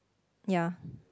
ya